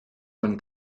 man